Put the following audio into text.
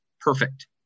perfect